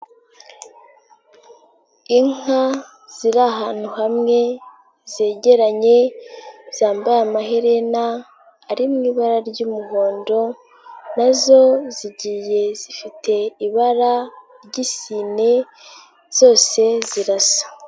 Inka ziri ahantu hamwe, zegeranye, zambaye amaherena ari mu ibara ry'umuhondo, nazo zigiye zifite ibara ry'isine, zose zirasa.